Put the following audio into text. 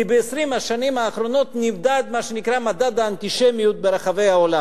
כי ב-20 השנים האחרונות נמדד מה שנקרא מדד האנטישמיות ברחבי העולם.